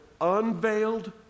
unveiled